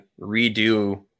redo